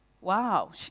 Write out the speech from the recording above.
wow